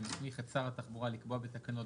שמסמיך את שר התחבורה לקבוע בתקנות,